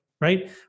right